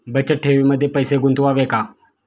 बचत ठेवीमध्ये पैसे गुंतवावे का?